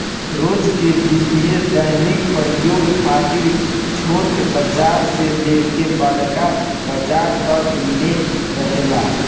रोज के वस्तु दैनिक प्रयोग खातिर छोट बाजार से लेके बड़का बाजार तक में रहेला